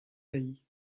dezhi